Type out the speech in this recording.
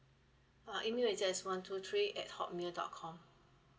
uh email is just one two three at hotmail dot com